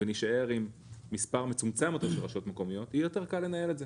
להישאר עם מספר מצומצם של רשויות מקומיות יהיה יותר קל לנהל את זה.